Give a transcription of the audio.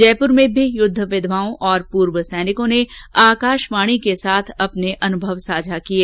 जयपुर में भी युद्ध विधवाओं और पूर्व सैनिकों ने आकाशवाणी के साथ अपने अनुभव साझा किये